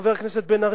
חבר הכנסת בן-ארי,